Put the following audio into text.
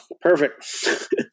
perfect